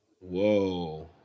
Whoa